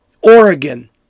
Oregon